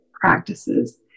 practices